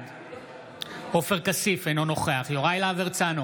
בעד עופר כסיף, אינו נוכח יוראי להב הרצנו,